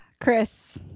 Chris